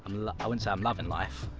ah and so i'm loving life.